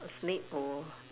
snake or